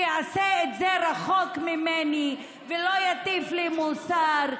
שיעשה את זה רחוק ממני ולא יטיף לי מוסר.